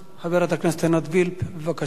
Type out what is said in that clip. חברת הכנסת עינת וילף, בבקשה.